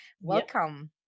Welcome